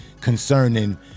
concerning